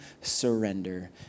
surrender